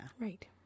right